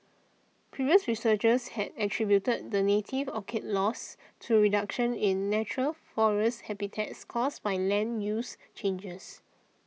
previous researchers had attributed the native orchid's loss to reduction in natural forest habitats caused by land use changes